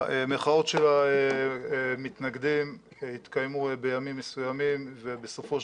המחאות של המתנגדים התקיימו בימים מסוימים ובסופו של